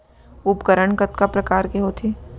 उपकरण कतका प्रकार के होथे?